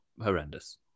horrendous